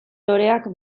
loreak